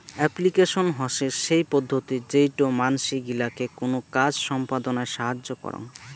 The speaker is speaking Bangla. এপ্লিকেশন হসে সেই পদ্ধতি যেইটো মানসি গিলাকে কোনো কাজ সম্পদনায় সাহায্য করং